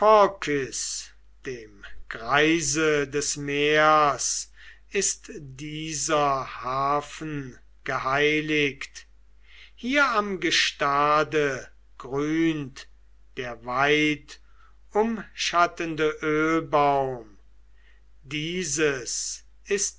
dem greise des meers ist dieser hafen geheiligt hier am gestade grünt der weitumschattende ölbaum dieses ist